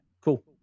cool